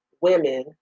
women